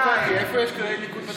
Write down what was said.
איפה יש כללי ניקוד בתנ"ך?